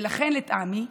ולכן, לטעמי,